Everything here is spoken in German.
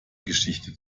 geschichte